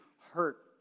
hurt